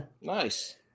Nice